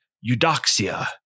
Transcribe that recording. Eudoxia